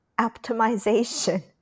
optimization